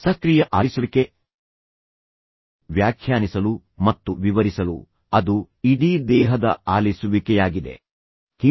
ಸಕ್ರಿಯ ಆಲಿಸುವಿಕೆ ವ್ಯಾಖ್ಯಾನಿಸಲು ಮತ್ತು ವಿವರಿಸಲು ಅದು ಇಡೀ ದೇಹದ ಆಲಿಸುವಿಕೆಯಾಗಿದೆ ಎಂದು ನಾನು ನಿಮಗೆ ಹೇಳಿದ್ದೇನೆ